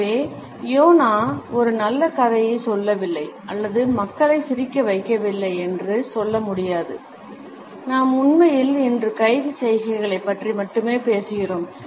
எனவே சோனா ஒரு நல்ல கதையைச் சொல்லவில்லை அல்லது மக்களை சிரிக்க வைக்கவில்லை என்று சொல்ல முடியாது நாம் உண்மையில் இன்று கை சைகைகளைப் பற்றி மட்டுமே பேசுகிறோம்